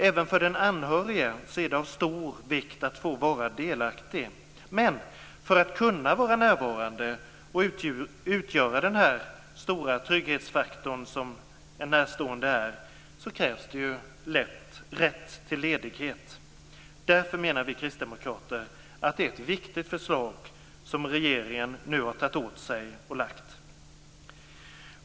Även för den anhörige är det av stor vikt att få vara delaktig, men för att kunna vara närvarande och utgöra den stora trygghetsfaktor som en närstående kan vara krävs det rätt till ledighet. Vi kristdemokrater menar därför att det är ett viktigt förslag som regeringen nu har tagit åt sig och lagt fram.